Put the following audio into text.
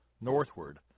northward